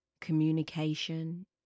Communication